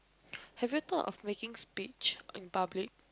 have you thought of making speech in public